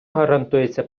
гарантується